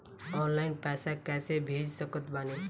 Online पैसा कैसे भेज सकत बानी?